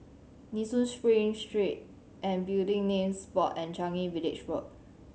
Nee Soon Spring Street and Building Names Board and Changi Village Road